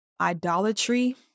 idolatry